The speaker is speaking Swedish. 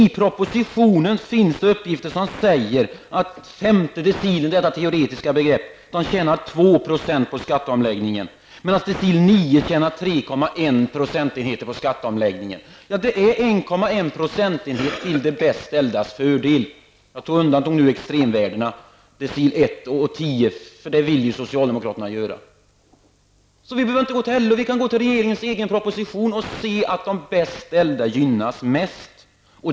Men i propositionen finns uppgifter som säger att den femte decilen -- detta teoretiska begrepp -- tjänar 2 % på skatteomläggningen, medan decil 9 tjänar 3,1 % på skatteomläggningen. Det är 1,1 procentenheter till de bäst ställdas fördel. Jag tog undan de extremvärdena decil 1 och decil 10, för det vill socialdemokraterna göra. Så vi behöver inte gå till LO-ekonomerna, vi behöver bara läsa i regeringens proposition och se att de bäst ställda gynnas mest.